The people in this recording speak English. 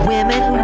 Women